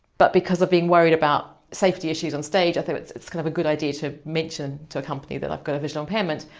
but because of being worried about safety issues on stage i think it's it's kind of a good idea to mention to a company that i've got a visual impairment.